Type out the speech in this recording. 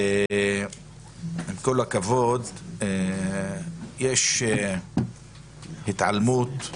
ועם כל הכבוד, יש התעלמות,